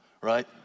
right